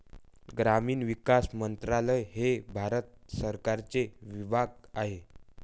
ग्रामीण विकास मंत्रालय हे भारत सरकारचे विभाग आहे